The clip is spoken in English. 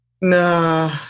No